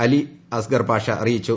അലി അസ്ഗർ പാഷ അറിയിച്ചു